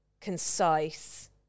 concise